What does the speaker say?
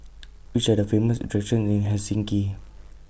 Which Are The Famous attractions in Helsinki